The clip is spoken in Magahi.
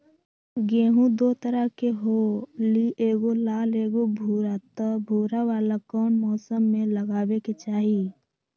गेंहू दो तरह के होअ ली एगो लाल एगो भूरा त भूरा वाला कौन मौसम मे लगाबे के चाहि?